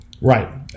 Right